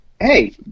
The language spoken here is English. Hey